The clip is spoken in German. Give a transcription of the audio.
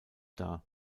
dar